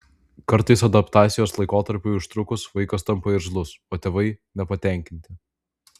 kartais adaptacijos laikotarpiui užtrukus vaikas tampa irzlus o tėvai nepatenkinti